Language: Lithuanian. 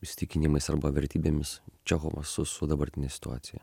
įsitikinimais arba vertybėmis čechovas su su dabartine situacija